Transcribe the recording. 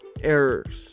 errors